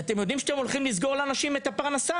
אתם יודעים שאתם הולכים לסגור לאנשים את הפרנסה?